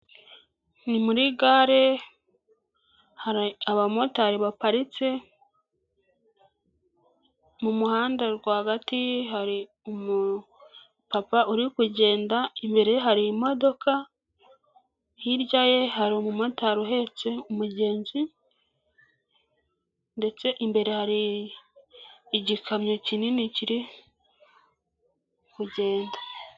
Ni muri gare, hari abamotari baparitse, mu muhanda rwagati hari umupapa uri kugenda, imbere ye hari imodoka, hirya ye hari umumotari uhetse umugenzi ndetse imbere hari igikamyo kinini kiri kugenda.